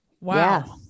Wow